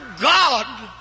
God